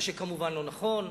מה שכמובן לא נכון.